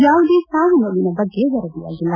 ಯಾವುದೇ ಸಾವು ನೋವಿನ ಬಗ್ಗೆ ವರದಿಯಾಗಿಲ್ಲ